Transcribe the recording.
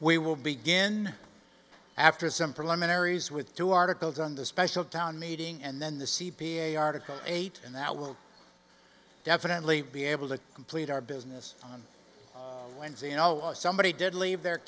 preliminaries with two articles on the special town meeting and then the c p a article eight and that will definitely be able to complete our business on wednesday you know somebody did leave their